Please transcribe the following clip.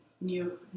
new